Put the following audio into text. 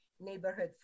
Neighborhood